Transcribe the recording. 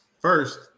first